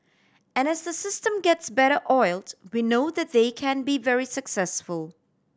and as the system gets better oiled we know that they can be very successful